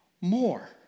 more